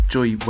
Joy